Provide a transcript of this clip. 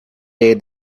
day